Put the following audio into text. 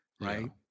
right